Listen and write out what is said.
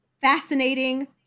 Fascinating